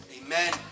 Amen